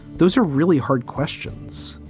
those are really hard questions.